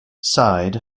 side